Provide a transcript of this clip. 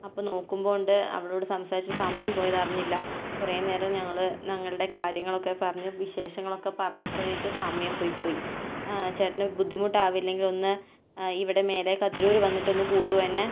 അപ്പം നോക്കുമ്പോൾ ഉണ്ട് അവളോട് സംസാരിച്ച് സമയം പോയതറിഞ്ഞില്ല കുറേ നേരം ഞങ്ങൾ ഞങ്ങളുടെ കാര്യങ്ങളൊക്കെ പറഞ്ഞ് വിശേഷങ്ങളൊക്കെ പറഞ്ഞപ്പോഴേക്കും സമയം പോയി പോയി ചേട്ടന് ബുദ്ധിമുട്ടാവില്ലെങ്കിൽ ഒന്ന് ഇവിടെ മേലെ കതിരൂർ വന്നിട്ട് ഒന്ന് കൂട്ടുമോ എന്നെ